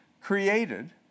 created